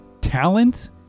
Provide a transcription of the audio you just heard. talent